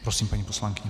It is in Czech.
Prosím, paní poslankyně.